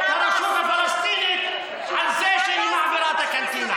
את הרשות הפלסטינית על זה שהיא מעבירה את הקנטינה.